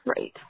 Right